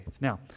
Now